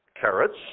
carrots